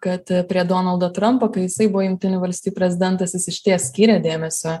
kad prie donaldo trampo kai jisai buvo jungtinių valstijų prezidentas jis išties skyrė dėmesio